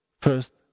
first